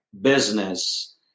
business